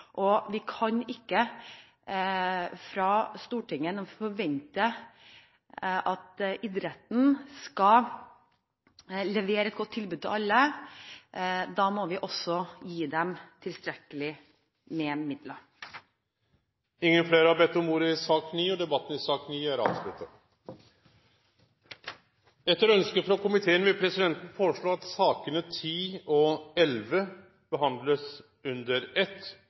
og vi kan ikke fra Stortingets side forvente at idretten skal levere et godt tilbud til alle. Da må vi også gi dem tilstrekkelig med midler. Fleire har ikkje bedt om ordet til sak nr. 9. Etter ønske frå familie- og kulturkomiteen vil presidenten foreslå at sakene nr. 10 og 11 blir behandla under